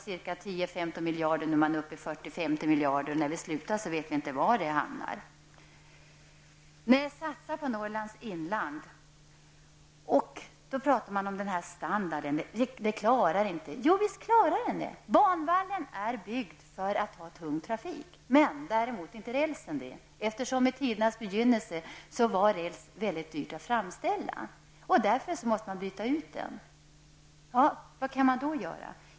Från 10--15 miljarder kronor är man nu uppe i 40--50 miljarder kronor. Var det kommer att sluta vet vi inte. Satsa på Norrlands inland! Nu diskuterar man länsstandarden. Visst är standarden bra. Banvallen är byggd för att klara tung trafik, men däremot inte rälsen. I tidernas begynnelse var räls dyr att framställa. Därför måste rälsen bytas ut. Vad kan man då göra?